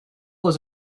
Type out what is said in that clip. was